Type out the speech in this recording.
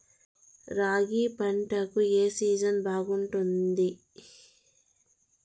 రాగి పంటకు, ఏ సీజన్ బాగుంటుంది?